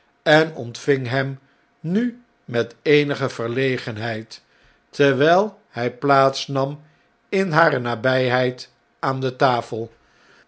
en ontving hem nu met eenige verlegenheid terwn'l hn plaats nam in hare nabjjheid aan de tafel